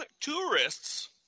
tourists